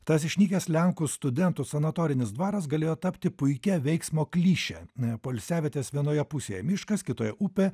tas išnykęs lenkų studentų sanatorinis dvaras galėjo tapti puikia veiksmo kliše n poilsiavietės vienoje pusėje miškas kitoje upė